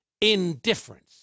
indifference